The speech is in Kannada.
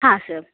ಹಾಂ ಸರ್